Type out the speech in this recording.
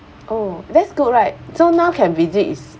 oh that's good right so now can visit is